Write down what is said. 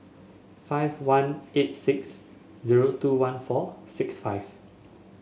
five one eight six zero two one four six five